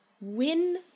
win